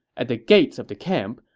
at the gates of the camp,